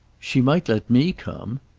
she might let me come.